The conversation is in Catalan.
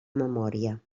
memòria